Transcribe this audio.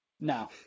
No